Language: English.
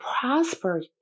prosper